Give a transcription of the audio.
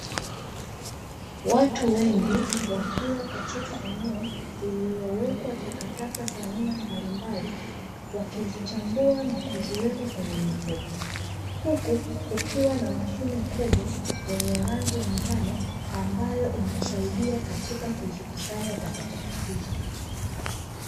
Watu wengi wakiwa katika eneo lililowekwa takataka za aina mbalimbali, wakizichambua na kuziweka kwenye mifuko, huku kukiwa na mashine kubwa yenye rangi ya njano, ambayo inasaidia katika kuzikusanya takataka hizo.